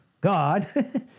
God